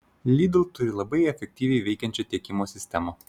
lidl turi labai efektyviai veikiančią tiekimo sistemą